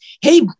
Hey